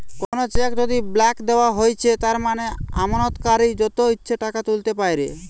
কোনো চেক যদি ব্ল্যাংক দেওয়া হৈছে তার মানে আমানতকারী যত ইচ্ছে টাকা তুলতে পাইরে